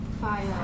Fire